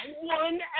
one